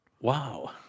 Wow